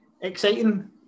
exciting